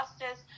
justice